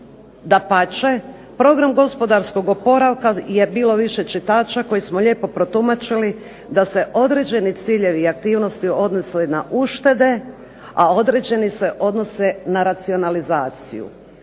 Dapače, program gospodarskog oporavka je bilo više čitača koji smo lijepo protumačili da se određeni ciljevi i aktivnosti odnose na uštede, a određeni se odnose na racionalizaciju.